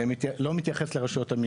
הם לא נמצאים.